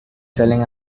selling